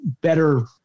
better